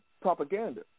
propaganda